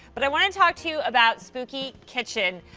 but i want to talk to you about spooky kitchen.